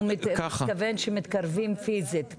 הוא מתכוון שמתקרבים פיזית.